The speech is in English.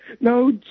no